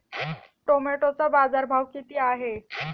टोमॅटोचा बाजारभाव किती आहे?